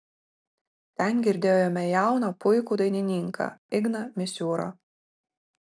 ten girdėjome jauną puikų dainininką igną misiūrą